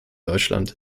deutschland